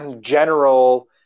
general